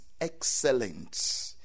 excellent